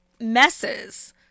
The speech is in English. messes